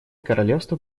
королевство